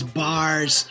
bars